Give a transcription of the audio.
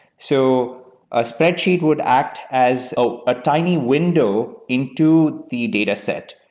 so a spreadsheet would act as ah a tiny window into the dataset,